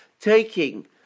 taking